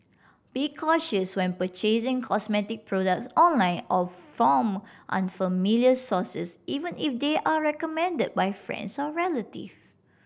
be cautious when purchasing cosmetic products online or from unfamiliar sources even if they are recommended by friends or relative